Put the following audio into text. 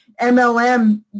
MLM